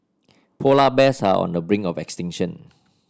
polar bears are on the brink of extinction